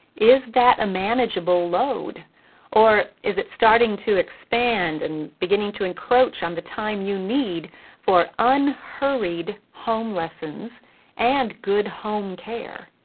is that a manageable load or is it starting to expand and beginning to encroach on the time you need for unhurried home lessons and good home care?